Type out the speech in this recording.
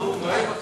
לא הוחלט.